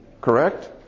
Correct